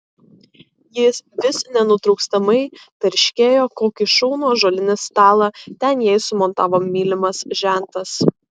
ji vis nenutrūkstamai tarškėjo kokį šaunų ąžuolinį stalą ten jai sumontavo mylimas žentas